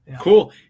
cool